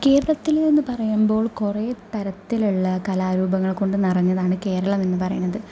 കേരളത്തിലെന്ന് പറയുമ്പോള് കുർ തരത്തിലുള്ള കലാരൂപങ്ങള് കൊണ്ടു നിറഞ്ഞതാണ് കേരളമെന്നു പറയുന്നത്